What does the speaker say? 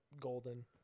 golden